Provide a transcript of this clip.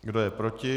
Kdo je proti?